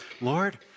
Lord